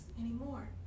anymore